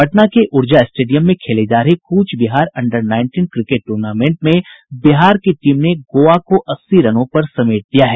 पटना के ऊर्जा स्टेडियम में खेले जा रहे Cooch Behar under nineteen cricket tournament में बिहार की टीम ने गोवा को अस्सी रनों पर समेट दिया है